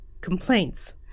complaints